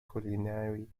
culinary